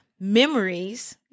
memories